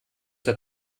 der